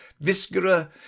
viscera